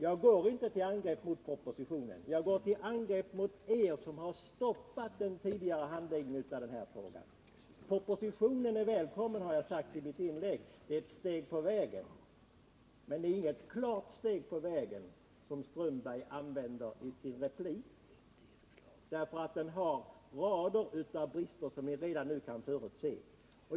Jag går alltså inte till angrepp mot propositionen utan mot er som har stoppat den tidigare handläggningen av denna fråga. Jag har i mitt inlägg sagt att propositionen är välkommen och att den är ett klart steg på vägen mot målet. Men det var inget klart steg på den vägen som herr Strömberg gjorde i sin replik. Vi kan redan nu förutse att propositionen har rader av brister.